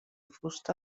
fusta